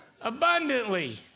abundantly